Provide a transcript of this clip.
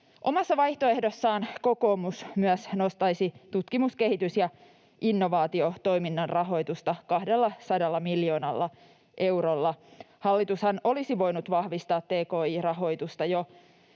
Omassa vaihtoehdossaan kokoomus myös nostaisi tutkimus‑, kehitys‑ ja innovaatiotoiminnan rahoitusta 200 miljoonalla eurolla. Hallitushan olisi voinut vahvistaa tki-rahoitusta jo